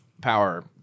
power